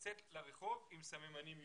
לצאת לרחוב עם סממנים יהודיים.